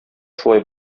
шулай